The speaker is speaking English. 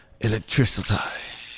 Electricity